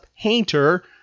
painter